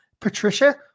Patricia